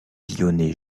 lyonnais